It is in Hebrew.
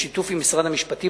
בשיתוף עם משרד המשפטים,